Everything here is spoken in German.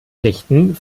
richten